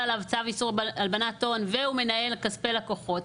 עליו צו איסור הלבנת הון והוא מנהל כספי לקוחות,